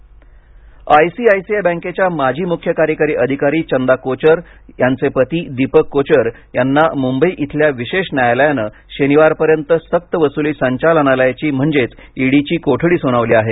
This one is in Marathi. दीपक कोचर आयसीआयसीआय बँकेच्या माजी मुख्य कार्यकारी अधिकारी चंदा कोचर यांचे पती दीपक कोचर यांना मुंबई इथल्या विशेष न्यायालयानं शनिवारपर्यंत सक्तवसुली संचालनालयाची म्हणजेच ईडीची कोठडी सुनावली आहे